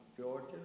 Georgia